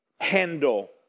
handle